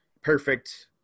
perfect